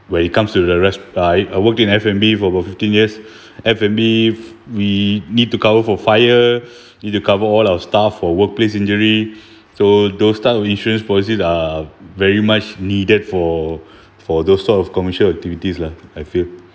when it comes to the rest uh I work in F and B for about fifteen years F and B we need to cover for fire need to cover all our staff for workplace injury so those type of insurance policies are very much needed for for those sort of commercial activities lah I feel